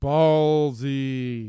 Ballsy